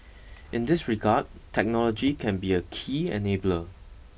in this regard technology can be a key enabler